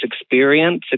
experience